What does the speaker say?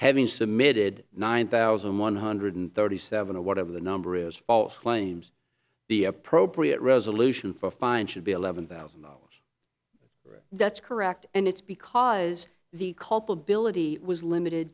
having submitted nine thousand one hundred thirty seven or whatever the number is false claims the appropriate resolution for fine should be eleven thousand that's correct and it's because the culpability was limited